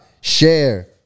share